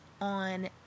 on